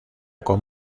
con